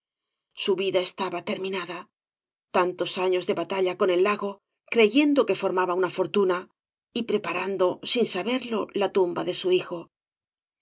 su vida estaba terminada tantos años de batalla con el lago creyendo que formaba una fortunaj y preparando sin saberlo la tumba de su hijo